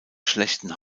schlechten